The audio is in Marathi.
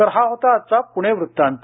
तर हा होता आजचा पुणे वृत्तांत